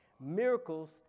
Miracles